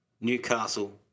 Newcastle